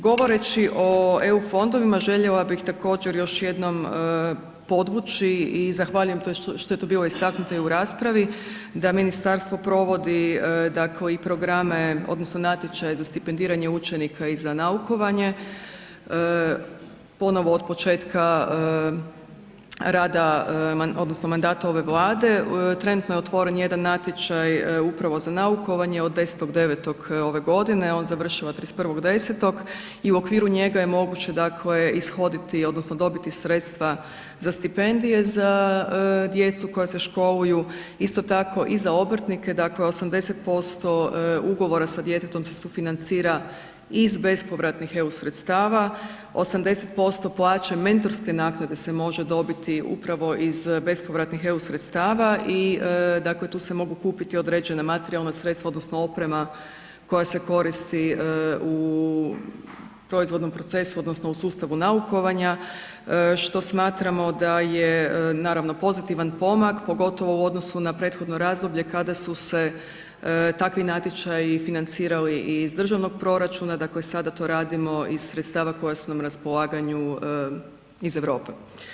Govoreći o EU fondovima, željela bih također još jednom povući i zahvaljujem što je to bilo istaknuto i u raspravi, da ministarstvo provodi programe odnosno natječaje za stipendiranje učenika i za naukovanje, ponovno od početka rada odnosno mandata ove Vlade, trenutno je otvoren jedan natječaj upravo za naukovanje od 10. 9. ove godine, on završava 31. 10. i u okviru njega je moguće ishoditi odnosno dobiti sredstva za stipendije za djecu koja se školuju, isto tako i za obrtnike, dakle 80% ugovora sa djetetom se sufinancira iz bespovratnih EU sredstava, 80% plaće mentorske naknade se može dobiti upravo iz bespovratnih EU sredstava i dakle tu se mogu kupiti određena materijalna sredstva odnosno oprema koja se koristi u proizvodnom procesu odnosno u sustavu naukovanja što smatramo da je naravno pozitivan pomak pogotovo u odnosu na prethodno razdoblje kada su se takvi natječaji financirali iz državnog proračuna, dakle sada to radimo iz sredstava koja su nam na raspolaganju iz Europe.